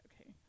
Okay